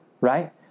Right